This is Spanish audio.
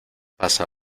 pasa